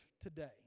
today